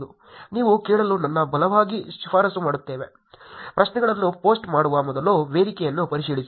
ನೀವು ಕೇಳಲು ನಾನು ಬಲವಾಗಿ ಶಿಫಾರಸು ಮಾಡುತ್ತೇವೆ ಪ್ರಶ್ನೆಗಳನ್ನು ಪೋಸ್ಟ್ ಮಾಡುವ ಮೊದಲು ವೇದಿಕೆಯನ್ನು ಪರಿಶೀಲಿಸಿ